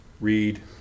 read